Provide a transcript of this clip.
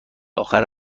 آخر